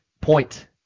point